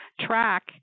track